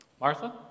Martha